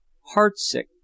heartsick